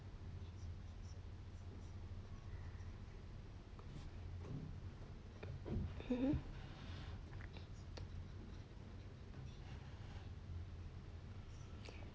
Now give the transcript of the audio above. mmhmm